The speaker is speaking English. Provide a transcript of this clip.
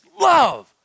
love